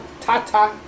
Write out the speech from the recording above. Tata